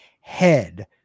head